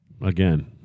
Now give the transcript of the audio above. Again